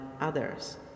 others